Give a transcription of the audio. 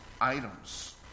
items